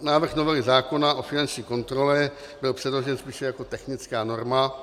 Návrh novely zákona o finanční kontrole byl předložen spíše jako technická norma.